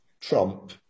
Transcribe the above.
Trump